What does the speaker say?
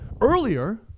Earlier